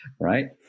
right